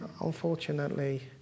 Unfortunately